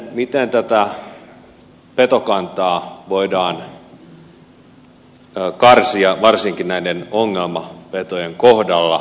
miten tätä petokantaa voidaan karsia varsinkin näiden ongelmapetojen kohdalla